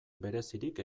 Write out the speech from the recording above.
berezirik